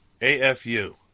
AFU